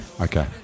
Okay